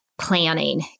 planning